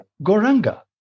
Goranga